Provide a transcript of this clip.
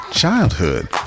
Childhood